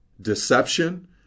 deception